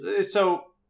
so-